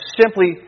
simply